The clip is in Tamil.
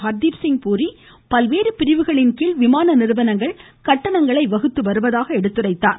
ஹர்தீப்சிங் பூரி பல்பேறு பிரிவுகளின் கீழ் விமான நிறுவனங்கள் கட்டணங்களை வகுப்பதாக எடுத்துரைத்தார்